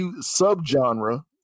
sub-genre